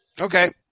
Okay